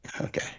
Okay